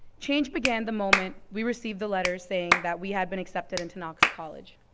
change began the moment we received the letter saying that we had been accepted into knox college.